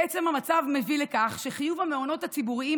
בעצם המצב מביא לכך שחיוב המעונות הציבוריים